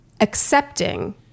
accepting